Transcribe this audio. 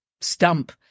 stump